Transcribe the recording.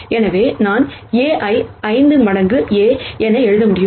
ஆகவே நான் A ஐ 5 மடங்கு A என எழுத முடியும்